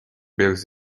bills